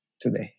today